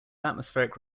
atmospheric